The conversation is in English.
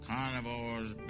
Carnivores